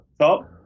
top